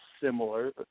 similar